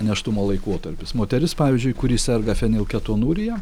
nėštumo laikotarpis moteris pavyzdžiui kuri serga fenilketonurija